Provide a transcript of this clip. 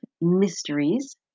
mysteries